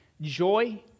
joy